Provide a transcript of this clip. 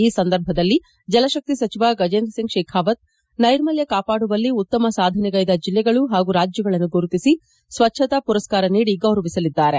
ಈ ಸಂದರ್ಭದಲ್ಲಿ ಜಲಶಕ್ತಿ ಸಚಿವ ಗಜೇಂದ್ರಸಿಂಗ್ ಶೇಖಾವತ್ ಅವರು ನೈರ್ಮಲ್ಯ ಕಾಪಾಡುವಲ್ಲಿ ಉತ್ತಮ ಸಾಧನೆಗೈದ ಜಿಲ್ಲೆಗಳು ಮತ್ತು ರಾಜ್ಯಗಳನ್ನು ಗುರುತಿಸಿ ಸ್ವಚ್ಚತಾ ಪುರಸ್ಕಾರ ನೀಡಿ ಗೌರವಿಸಲಿದ್ದಾರೆ